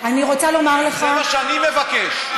זה מה שאני מבקש.